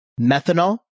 methanol